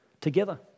together